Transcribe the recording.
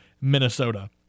Minnesota